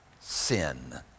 sin